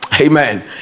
Amen